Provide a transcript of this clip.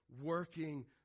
working